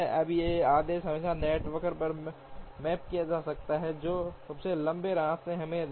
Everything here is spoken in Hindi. अब यह आदेश हमेशा नेटवर्क पर मैप किया जा सकता है और सबसे लंबा रास्ता हमें देगा